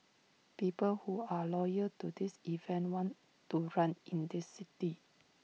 people who are loyal to this event want to run in the city